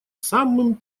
самым